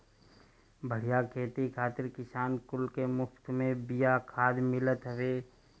बढ़िया खेती खातिर किसान कुल के मुफत में बिया खाद मिलत हवे